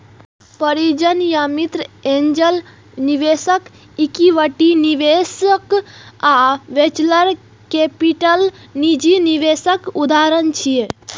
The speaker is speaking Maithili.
परिजन या मित्र, एंजेल निवेशक, इक्विटी निवेशक आ वेंचर कैपिटल निजी निवेशक उदाहरण छियै